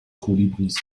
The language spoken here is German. kolibris